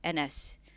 NS